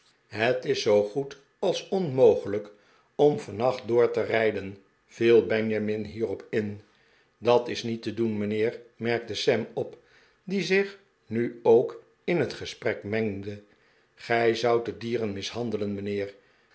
het is zoo goed als onmogelijk om vannacht door te rijden viel benjamin hierop in dat is niet te doen mijnheer merkte sam op die zich nu ook in het gesprek mengde gij zoudt de dieren mishandelen mijnheer